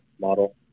model